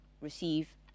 receive